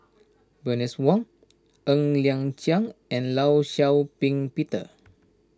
Bernice Wong Ng Liang Chiang and Law Shau Ping Peter